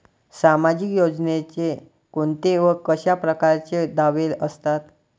सामाजिक योजनेचे कोंते व कशा परकारचे दावे असतात?